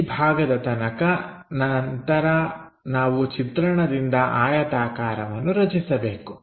ಈ ಭಾಗದ ತನಕ ನಂತರ ನಾವು ಚಿತ್ರಣದಿಂದ ಆಯತಾಕಾರವನ್ನು ರಚಿಸಬೇಕು